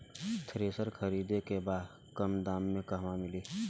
Thresher खरीदे के बा कम दाम में कहवा मिली?